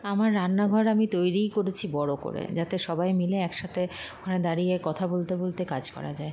আমার রান্নাঘর আমি তৈরিই করেছি বড় করে যাতে সবাই মিলে একসাথে ওখানে দাঁড়িয়ে কথা বলতে বলতে কাজ করা যায়